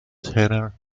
tenor